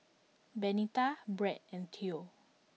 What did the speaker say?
Benita Bret and Theo